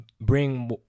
bring